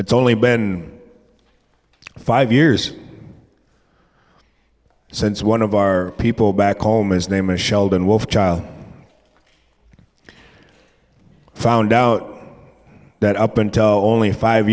it's only been five years since one of our people back home his name is sheldon wolf child found out that up until only five